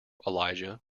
elijah